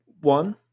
One